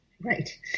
Right